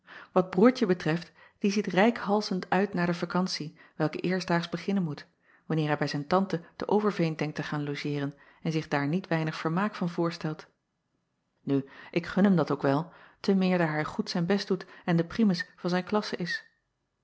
at roêrtje betreft die ziet reikhalzend uit naar de vakantie welke eerstdaags beginnen moet wanneer hij bij zijn tante te verveen denkt te gaan logeeren en zich daar niet weinig vermaak van voorstelt u ik gun hem dat ook wel te meer daar hij goed zijn best doet en de primus van zijn klasse is